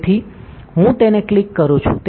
તેથી હું તેને ક્લિક કરું છું